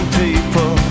people